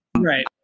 Right